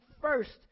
first